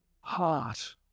heart